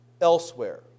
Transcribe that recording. elsewhere